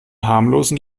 harmlosen